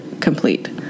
complete